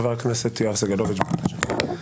חבר הכנסת יואב סגלוביץ', בבקשה.